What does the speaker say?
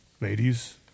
ladies